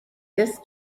this